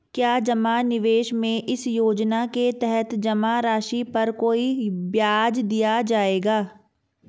क्या जमा निवेश में इस योजना के तहत जमा राशि पर कोई ब्याज दिया जाएगा?